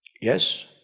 Yes